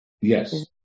Yes